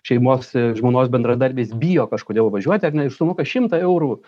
šeimos žmonos bendradarbės bijo kažkodėl važiuoti ar ne ir sumoka šimtą eurų